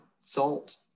salt